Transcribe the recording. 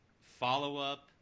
follow-up